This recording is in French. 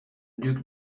duc